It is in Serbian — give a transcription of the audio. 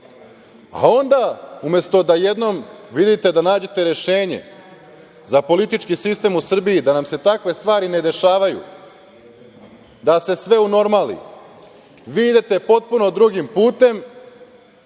a onda umesto da jednom vidite da nađete rešenje za politički sistem u Srbiji, da nam se takve stvari ne dešavaju, da se sve unormali, vi idete potpuno drugim putem